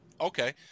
Okay